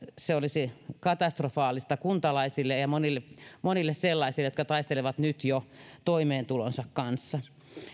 se olisi katastrofaalista kuntalaisille ja ja monille monille sellaisille jotka taistelevat jo nyt toimeentulonsa kanssa